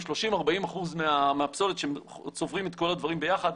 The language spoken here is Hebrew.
30%-40% מהפסולת כשצוברים את כל הדברים ביחד,